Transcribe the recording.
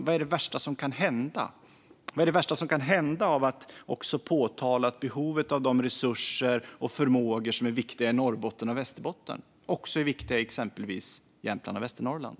Vad är det värsta som kan hända om man påpekar att de resurser som är viktiga i Norrbotten och Västerbotten också är viktiga i exempelvis Jämtland och Västernorrland?